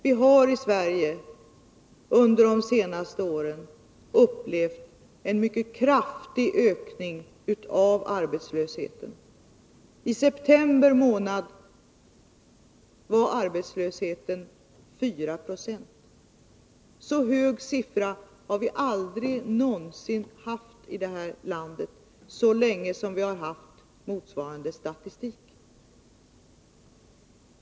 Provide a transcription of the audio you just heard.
Vi har i Sverige under de senaste åren upplevt en mycket kraftig ökning av arbetslösheten. I september var den 4 26. En så hög siffra har vi aldrig tidigare haft i det här landet så länge det funnits en motsvarande statistik.